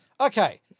Okay